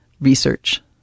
Research